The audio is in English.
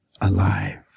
alive